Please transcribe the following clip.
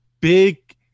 big